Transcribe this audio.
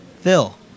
Phil